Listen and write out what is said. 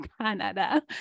Canada